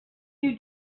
you